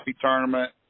Tournament